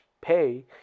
pay